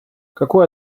какое